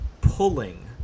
Pulling